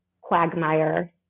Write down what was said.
quagmire